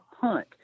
hunt